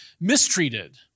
mistreated